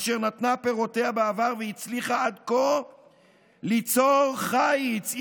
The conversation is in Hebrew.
אשר נתנה פירותיה בעבר והצליחה עד כה ליצור חיץ,